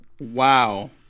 Wow